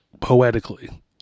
Poetically